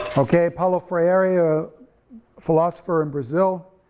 okay, paulo freiri, ah philosopher in brazil,